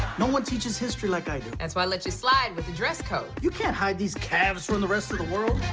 no teaches history like i do. that's why i let you slide with the dress code. you can't hide these calves from the rest of the world.